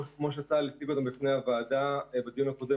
כמו שצה"ל הציג אותם בפני הוועדה בדיון הקודם,